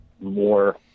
more